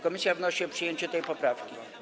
Komisja wnosi o przyjęcie tej poprawki.